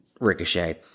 Ricochet